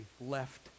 left